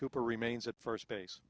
cooper remains at first base